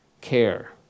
care